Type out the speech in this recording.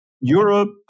Europe